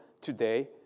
today